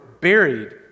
buried